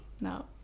No